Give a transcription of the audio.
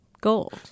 gold